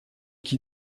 qui